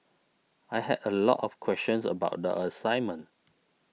I had a lot of questions about the assignment